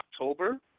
October